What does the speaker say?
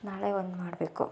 ನಾಳೆ ಒಂದು ಮಾಡಬೇಕು